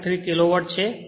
153 kilowatt છે